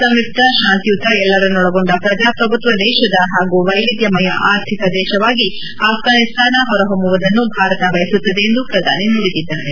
ಸಂಯುಕ್ತ ಶಾಂತಿಯುತ ಎಲ್ಲರನ್ನೊಳಗೊಂಡ ಪ್ರಜಾಪ್ರಭುತ್ತ ದೇಶದ ಹಾಗೂ ವೈವಿಧ್ಯಮಯ ಆರ್ಥಿಕ ದೇಶವಾಗಿ ಅಪ್ಪಾನಿಸ್ತಾನ ಹೊರ ಹೊಮ್ಮುವುದನ್ನು ಭಾರತ ಬಯಸುತ್ತದೆ ಎಂದು ಪ್ರಧಾನಿ ನುಡಿದಿದ್ದಾರೆ